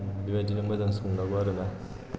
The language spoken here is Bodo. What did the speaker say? बेबायदिनो मोजां संनांगौ आरोना